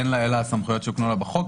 אין לה אלא סמכויות שהוקנו לה בחוק,